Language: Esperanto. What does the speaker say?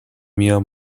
mia